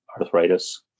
arthritis